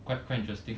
quite quite interesting